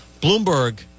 Bloomberg